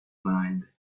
mind